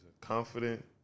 confident